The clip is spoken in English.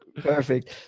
Perfect